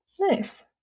Nice